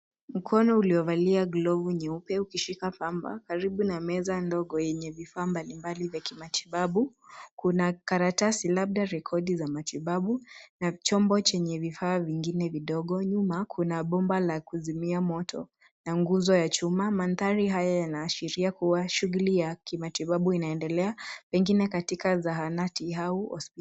Mkono uliovalia glovu nyeupe ukishika pamba, karibu na meza ndogo yenye vifaa mbalimbali vya kimatibabu, kuna karatasi labda rekodi za matibabu, na chombo chenye vifaa vingine vidogo, nyuma kuna bomba la kuzimia moto na nguzo ya chuma, mandhari haya yanaashiria kuwa shughuli ya kimatibabu inaendelea pengine katika zahanati au hospitali.